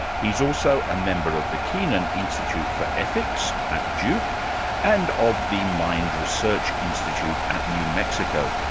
he is also a member of the kenan institute for ethics at duke and of the mind research institute at new mexico,